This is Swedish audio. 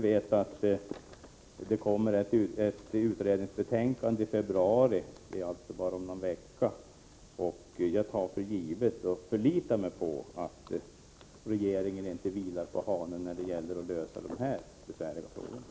Vi vet att en utredning kommer att läggas fram i februari — alltså om bara några veckor. Jag tar för givet — och förlitar mig på — att regeringen inte vilar på hanen när det gäller att lösa de här besvärliga frågorna.